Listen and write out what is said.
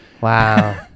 Wow